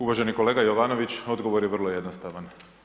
Uvaženi kolega Jovanović, odgovor je vrlo jednostavan.